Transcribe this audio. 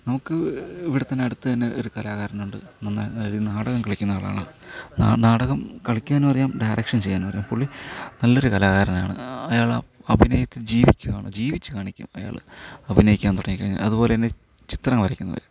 നമുക്ക് ഇവിടെ തന്നെ അടുത്തു തന്നെ ഒരു കലാകാരനുണ്ട് നന്നായി അയാൾ നാടകം കളിക്കുന്ന ആളാണ് നാടകം കളിക്കാനും അറിയാം ഡയറക്ഷൻ ചെയ്യാനും അറിയാം പുള്ളി നല്ല ഒരു കലാകാരനാണ് അയാൾ അഭിനയത്തിൽ ജീവിക്കുകയാണ് ജീവിച്ചു കാണിക്കും അയാൾ അഭിനയിക്കാൻ തുടങ്ങിക്കഴിഞ്ഞാൽ അതുപോലെ തന്നെ ചിത്രങ്ങൾ വരയ്ക്കുന്നവർ